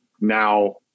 now